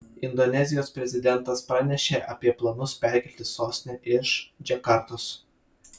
indonezijos prezidentas pranešė apie planus perkelti sostinę iš džakartos